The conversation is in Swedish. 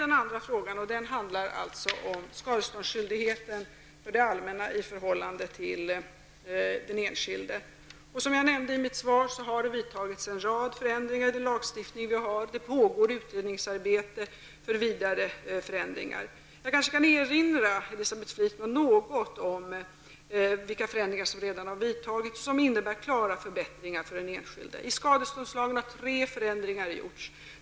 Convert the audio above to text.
Den andra frågan handlade om skadeståndsskyldigheten för det allmänna i förhållande till den enskilde. Som jag nämnde i mitt svar har det vidtagits en rad förändringar i den lagstiftning som vi har. Det pågår utredningsarbete för vidare förändringar. Jag kanske kan erinra Elisabeth Fleetwood om vilka förändringar som redan har vidtagits och som innebär klara förbättringar för den enskilde. I skadeståndslagen har tre förändringar gjorts.